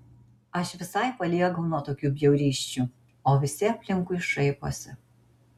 aš visai paliegau nuo tokių bjaurysčių o visi aplinkui šaiposi